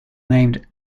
named